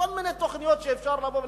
כל מיני תוכניות שאפשר לבוא ולהגיד.